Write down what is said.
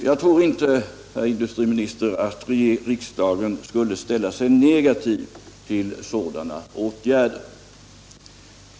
Jag tror inte, herr industriminister, att riksdagen skulle ställa sig negativ till sådana åtgärder.